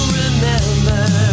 remember